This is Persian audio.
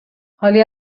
حالی